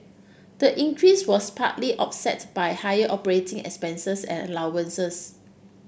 the increase was partly offset by higher operating expenses and allowances